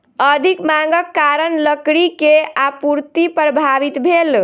अधिक मांगक कारण लकड़ी के आपूर्ति प्रभावित भेल